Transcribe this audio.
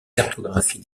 cartographie